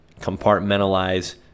compartmentalize